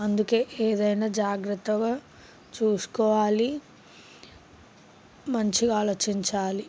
అందుకే ఏదైనా జాగ్రత్తగా చూసుకోవాలి మంచిగా ఆలోచించాలి